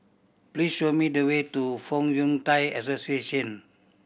please show me the way to Fong Yun Thai Association